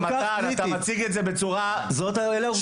אבל מתן אתה מציג את זה בצורה שיטית,